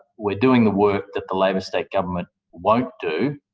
we're doing the work that the labor state government won't do.